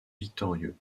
victorieux